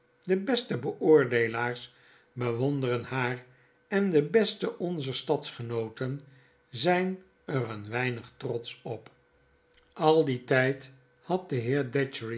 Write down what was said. de beste beoordeelaars bewonderen haar en de beste onzer stadgenooten zyn er een weinig trotsch op al dien tyd had de